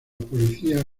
policía